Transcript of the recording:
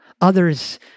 Others